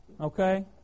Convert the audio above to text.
okay